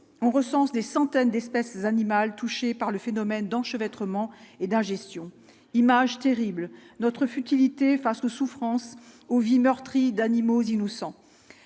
on recense des centaines d'espèces animales touchées par le phénomène d'enchevêtre ment et d'ingestion images terribles notre futilités face aux souffrances Ovi meurtri d'animaux innocents